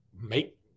make